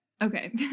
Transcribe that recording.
Okay